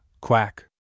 Quack